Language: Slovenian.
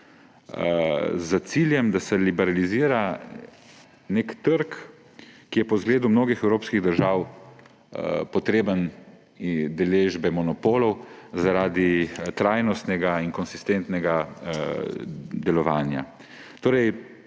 s ciljem, da se liberalizira nek trg, ki je po zgledu mnogih evropskih držav potreben udeležbe monopolov zaradi trajnostnega in konsistentnega delovanja. V